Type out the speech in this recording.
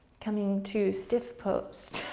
coming to stiff pose.